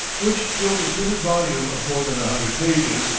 which filled a printed volume of more than a hundred pages,